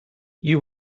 you